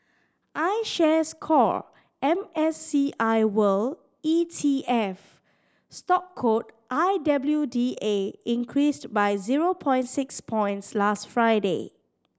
iShares Core M S C I World E T F stock code I W D A increased by zero point six points last Friday